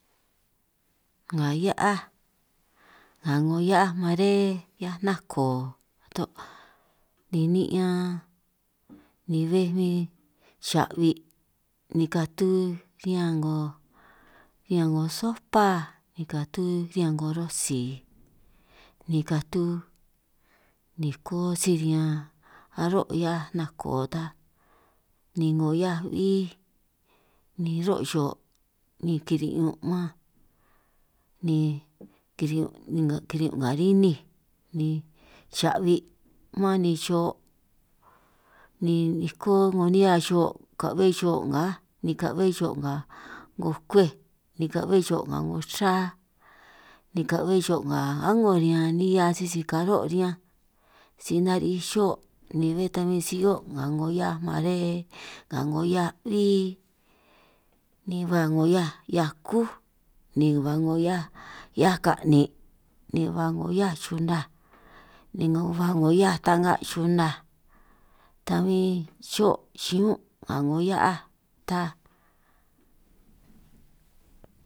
Nga hia'aj nga 'ngo hia'aj mare hia'aj nako to' ni ni'ñan ni béj bin xa'bi', ni katu riñan 'ngo riñan 'ngo sopa ni katu riñan 'ngo rosi, ni katu niko si riñan aró' hia'aj nako ta ni 'ngo hia'aj 'bí ni ro' xo', ni kiri'ñun' man ni kiri'ñun' ni nga kiri'ñun' nga rininj ni xa'bi' man ni xo', ni niko 'ngo nihia xo' ni ka'be xo' ngaj ni ka'be' xo' nga 'ngo kwej, ni ka'be xo' nga 'ngo chra ka'be xo' nga a'ngo riñan nihia sisi karo' riñanj, si nari'ij xó' ni bé ta bin si 'hio' nga 'ngo hia'aj mare nga 'ngo hia'aj 'bí, ni ba 'ngo hia'aj hia'aj kúj ni ba 'ngo hia'aj hia'aj ka'nin', ni ba 'ngo hia'aj xunaj ni ba 'ngo hia'aj ta'nga' xunaj ta bin xo' xiñún' nga 'ngo hia'aj ta.